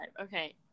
okay